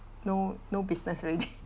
no no business already